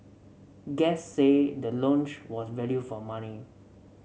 guests said the lounge was value for money